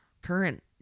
current